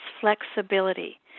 flexibility